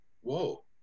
whoa